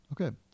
Okay